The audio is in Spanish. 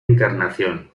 encarnación